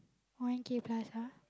one k plus ah